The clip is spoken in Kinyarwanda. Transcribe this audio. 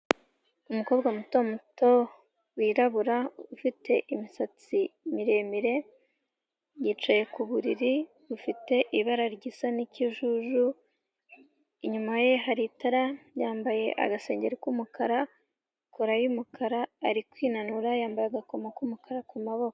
Umukobwa muto muto wirabura ufite imisatsi miremire, yicaye ku buriri bufite ibara risa n'ikijuju, inyuma ye hari itara. Yambaye agasengeri k'umukara, kora y'umukara ari kwinanura, yambaye agakomo k'umukara ku maboko.